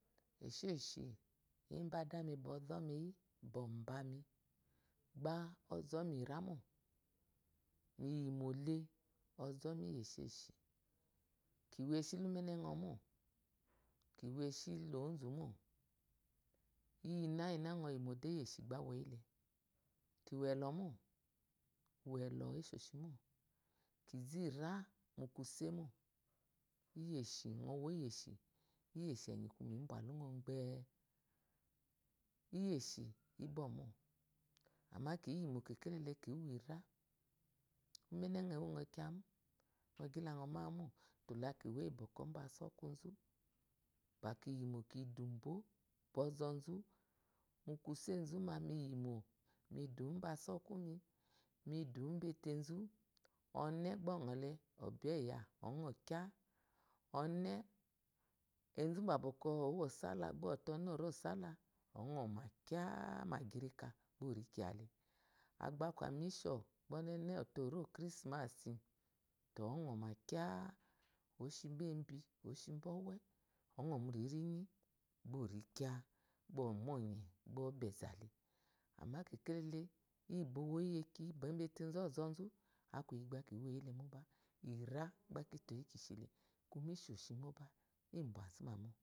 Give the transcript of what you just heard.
E sheshi iyi bá adani bɔzŋ mi yi bɔ bami bá ɔzɔmi ira mó miyimole oɔzɔmi iyi esheshi kiwo eshi la úmenenɔ mo kiwo eshi la ozu mo inyi inna inna nɔyi mode iyi eshi bá woyihe kiwo elo mó umlelo esehimo kizo ira mu kusemó iyeshi nɔ uwo iyieshi eyeshi kuma ebwa hunz gbe iyeshi ibɔmo ama kiyi mo kekelele kiwo ira ummeme nɔ ewnɔ keyamo mu nɔqyila nɔma wemo tólá kiwó iyibɔ kɔ ubákuzu ba kiyimo kidubo bɔɔzu múkúbe zu ba mi yimo midu uba abɔkumi mi du igbete zu ba ubele obi eya ɔnɔ káá ɔne ezu ba ori ɔballah ɔnɔma ká á mu aqyika bá orikale abe aku anusho ba ɔneba ɔzute ori ɔkritimass to ɔnɔ ma káá eshibo ebi umba ɔwe ɔnɔ muriyi riyi ba ori káá bá omu oye bá ɔbe za le amma kekele iyi bɔ owoyi iyi ki iyi etezu ɔɔzu aku iyi ba kiwoyi le mobá irá bakiwo yile mobá irá ba kitoyo shi le kuma isheshi mo bá ebazumabo